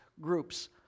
groups